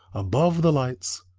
above the lights,